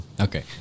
Okay